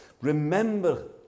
Remember